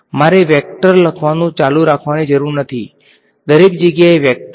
તેથી મારે વેક્ટર લખવાનું ચાલુ રાખવાની જરૂર નથી દરેક જગ્યાએ વેક્ટર